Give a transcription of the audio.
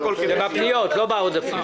בפניות, לא בעודפים.